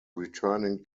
returning